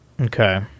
Okay